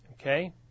Okay